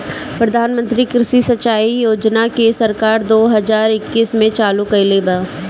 प्रधानमंत्री कृषि सिंचाई योजना के सरकार दो हज़ार इक्कीस में चालु कईले बा